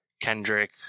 Kendrick